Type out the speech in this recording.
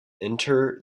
enter